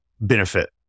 benefit